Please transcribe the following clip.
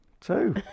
two